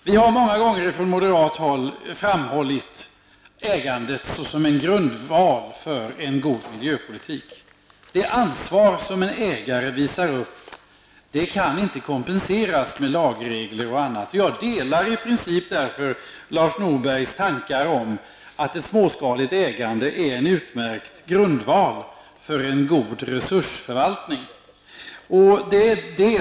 Vi har många gånger från moderat håll framhållit ägandet såsom en grundval för en god miljöpolitik. Det ansvar som en ägare visar kan inte kompenseras med lagregler och annat. Jag delar därför i princip Lars Norbergs tankar om att ett småskaligt ägande är en utmärkt grundval för en god resursförvaltning.